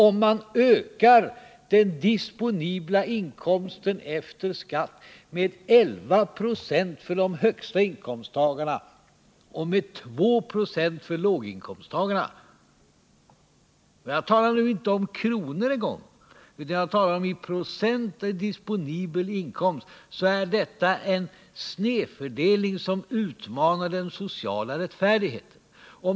Om man ökar den disponibla inkomsten efter skatt med 11 96 för höginkomsttagarna och med 2 96 för låginkomsttagarna — jag talar inte om kronor en gång utan om procent av disponibel inkomst — innebär detta en snedfördelning, som utmanar den sociala rättfärdigheten.